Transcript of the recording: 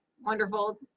wonderful